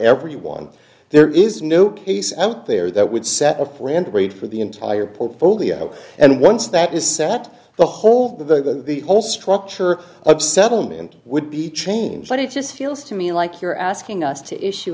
everyone there is no case out there that would set of brand weight for the entire portfolio and once that is set the whole the whole structure of settlement would be changed but it just feels to me like you're asking us to issue